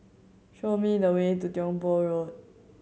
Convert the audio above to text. show me the way to Tiong Poh Road